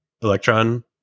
Electron